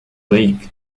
league